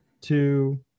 two